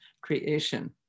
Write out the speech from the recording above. creation